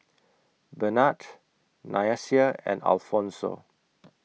Bernhard Nyasia and Alphonso